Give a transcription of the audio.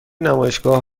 نمایشگاه